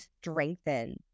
strengthen